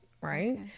right